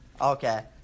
Okay